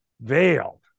veiled